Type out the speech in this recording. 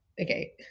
okay